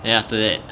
then after that